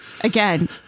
Again